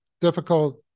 difficult